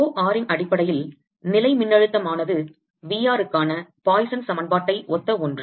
row rன் அடிப்படையில் நிலை மின்னழுத்தமானது V r ருக்கான பாய்சன் சமன்பாட்டை ஒத்த ஒன்று